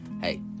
hey